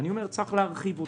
אני אומר שצריך להרחיב אותו.